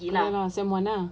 ye lah ye lah sem one ah